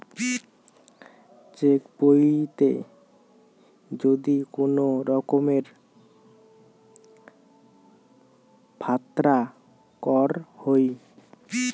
check বইতে যদি কুনো রকমের ফাত্রা কর হই